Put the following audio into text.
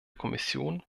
kommission